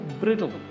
brittle